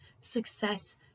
success